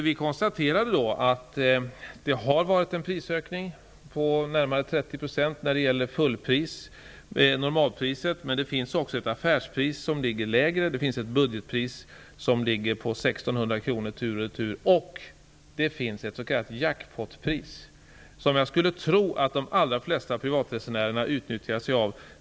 Vi konstaterade då att det har skett en prisökning på närmare 30 % på fullpriset. Men det finns också ett affärspris som ligger lägre. Det finns ett budgetpris på 1 600 kr tur och retur samt ett s.k. jackpot-pris. Det ligger på ca 800 kr för en tur och returbiljett.